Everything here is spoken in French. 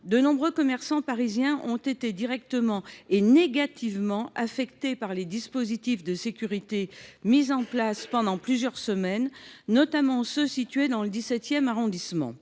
de nombreux commerçants parisiens ont été directement et négativement affectés par les dispositifs de sécurité déployés pendant plusieurs semaines, notamment dans le XVII arrondissement